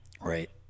Right